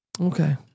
Okay